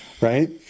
right